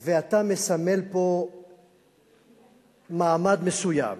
כי אתה מסמל פה מעמד מסוים